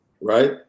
Right